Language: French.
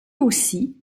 aussi